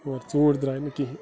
مگر ژوٗنٛٹھۍ درٛاے نہٕ کِہیٖنۍ